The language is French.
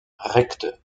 recteur